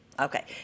Okay